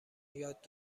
یاد